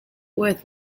worth